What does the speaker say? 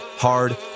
hard